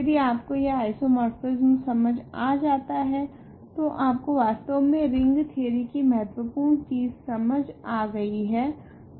यदि आपको यह आइसोमोर्फिसम समझ आजता है तो आपको वास्तव मे रिंग थ्योरी की महत्वपूर्ण चीज समझ आ गई है